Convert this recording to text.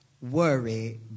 worry